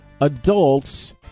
adults